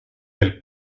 del